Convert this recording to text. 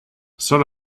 sort